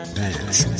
dance